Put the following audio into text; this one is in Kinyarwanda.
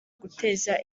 guteza